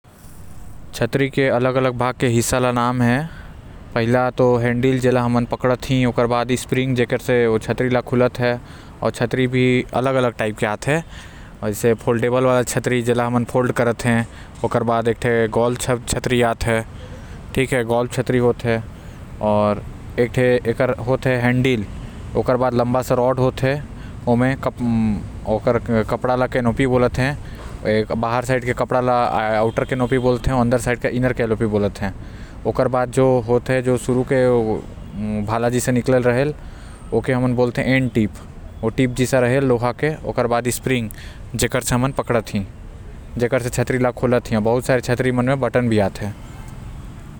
छतरी के अलग अलग भाग होएल जैसे ओकर नाम हे कि पहला तो हैंडल जेन से ओला पकड़ते आऊ। ओकर बाद स्प्रिंग जेन से छतरी हर खुलते आऊ बंद होएल। आऊ छतरी भी अलग अलग प्रकार के आते एगो फोल्ड करे वाला जेन से ओला फोल्ड करते। एगो स्टेंड वाला जेमा ओला फोल्ड करे के जरूरत नो पड़े आऊ एगो गोल्फ छतरी आएल। जेकर ऊपर के कपड़ा ल कैनोपी बोलते जेमा अंदर के कपड़ा ल इनर कैनोपी आऊ बाहर के कपड़ा का आउटर कैनोपी बोलते।